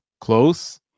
Close